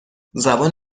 زبان